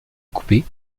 couper